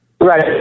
Right